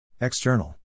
External